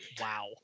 wow